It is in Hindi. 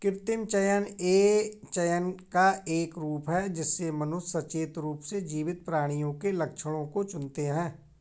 कृत्रिम चयन यह चयन का एक रूप है जिससे मनुष्य सचेत रूप से जीवित प्राणियों के लक्षणों को चुनते है